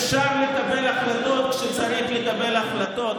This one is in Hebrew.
אפשר לקבל החלטות כשצריך לקבל החלטות.